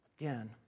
Again